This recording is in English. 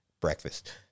breakfast